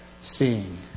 seeing